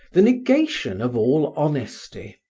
the negation of all honesty,